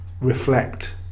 reflect